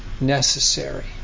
necessary